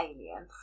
Alien